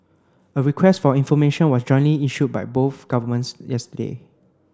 a request for information was jointly issued by both governments yesterday